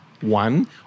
One